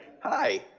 Hi